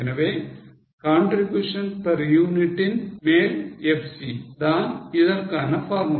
எனவே contribution per unit ன் மேல் FC தான் இதற்கான formula